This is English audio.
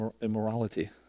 immorality